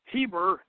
Heber